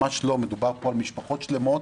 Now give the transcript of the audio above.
ממש לא, מדובר פה על משפחות שלמות.